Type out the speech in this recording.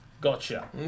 Gotcha